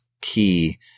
key